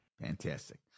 Fantastic